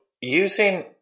using